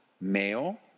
male